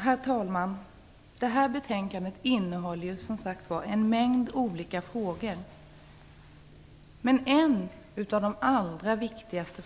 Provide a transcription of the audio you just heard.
Herr talman! Det här betänkandet innehåller en mängd olika frågor, men en av de allra viktigaste